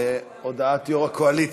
הודעת יושב-ראש הקואליציה,